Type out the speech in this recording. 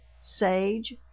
sage